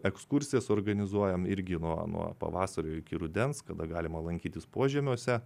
ekskursijas organizuojam irgi nuo nuo pavasario iki rudens kada galima lankytis požemiuose